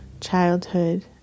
childhood